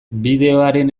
bideoaren